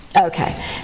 Okay